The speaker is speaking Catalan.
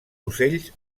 ocells